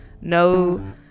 no